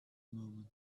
moment